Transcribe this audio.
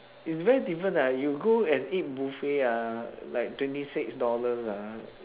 is very different lah you go and eat buffet ah like twenty six dollars ah